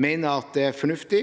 mener det er fornuftig